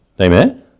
Amen